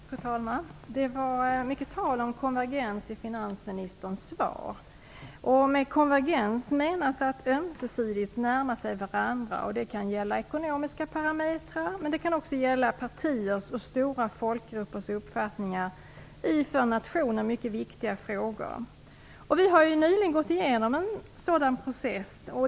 Fru talman! Det var mycket tal om konvergens i finansministerns svar. Med konvergens menas att ömsesidigt närma sig varandra. Det kan gälla ekonomiska parametrar, men det kan också gälla partiers och stora folkgruppers uppfattningar i för nationen viktiga frågor. Vi har nyligen gått igenom en sådan process.